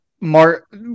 Mark